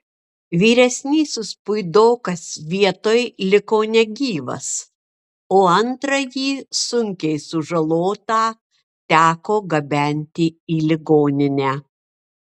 vyresnysis puidokas vietoj liko negyvas o antrąjį sunkiai sužalotą teko gabenti į ligoninę